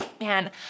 man